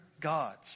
gods